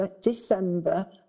December